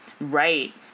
Right